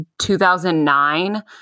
2009